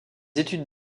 études